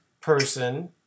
person